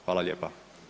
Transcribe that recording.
Hvala lijepa.